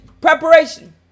preparation